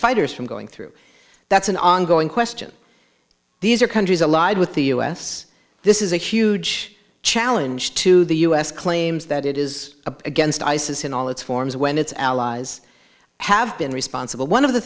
fighters from going through that's an ongoing question these are countries allied with the u s this is a huge challenge to the u s claims that it is against isis in all its forms when its allies have been responsible one of the